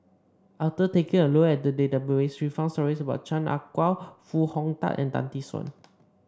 after taking a look at the database we found stories about Chan Ah Kow Foo Hong Tatt and Tan Tee Suan